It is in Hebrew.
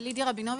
לידיה רבינוביץ',